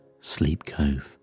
SLEEPCOVE